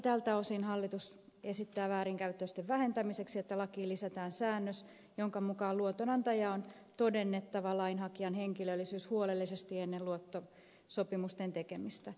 tältä osin hallitus esittää väärinkäytösten vähentämiseksi että lakiin lisätään säännös jonka mukaan luotonantajan on todennettava lainanhakijan henkilöllisyys huolellisesti ennen luottosopimuksen tekemistä